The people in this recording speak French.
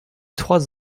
trois